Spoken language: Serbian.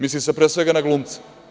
Misli se, pre svega, na glumce.